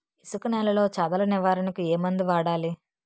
ఇసుక నేలలో చదల నివారణకు ఏ మందు వాడాలి?